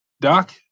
Doc